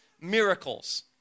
miracles